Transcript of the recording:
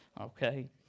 okay